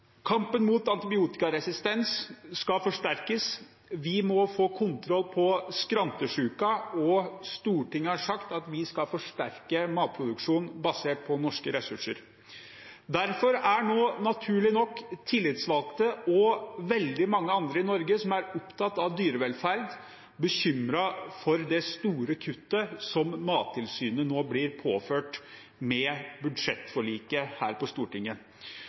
Kampen mot antibiotikaresistens skal forsterkes, vi må få kontroll på skrantesyken, og Stortinget har sagt at vi skal forsterke matproduksjonen basert på norske ressurser. Derfor er naturlig nok tillitsvalgte og veldig mange andre i Norge som er opptatt av dyrevelferd, bekymret for det store kuttet som Mattilsynet nå blir påført med budsjettforliket her på Stortinget.